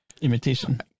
imitation